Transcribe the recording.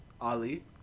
Ali